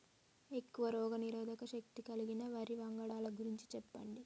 ఎక్కువ రోగనిరోధక శక్తి కలిగిన వరి వంగడాల గురించి చెప్పండి?